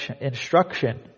instruction